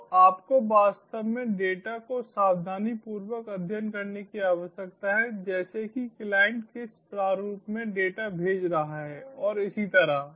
तो आपको वास्तव में डेटा का सावधानीपूर्वक अध्ययन करने की आवश्यकता है जैसे कि क्लाइंट किस प्रारूप में डेटा भेज रहा है और इसी तरह